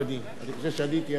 אדוני, אני חושב שעניתי על שאלתך.